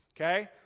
okay